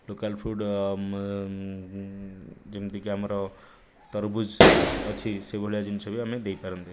local fruit ଯେମିତିକି ଆମର ତରଭୁଜ ଅଛି ସେଇ ଭଳିଆ ଜିନିଷ ବି ଆମେ ଦେଇପାରନ୍ତେ